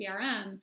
CRM